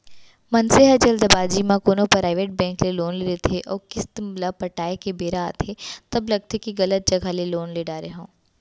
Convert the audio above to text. मनसे ह जल्दबाजी म कोनो पराइबेट बेंक ले लोन ले लेथे अउ किस्त ल पटाए के बेरा आथे तब लगथे के गलत जघा ले लोन ले डारे हँव